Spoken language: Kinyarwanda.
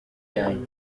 byayo